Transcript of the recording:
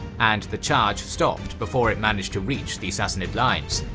and the charge stopped before it managed to reach the sassanid lines.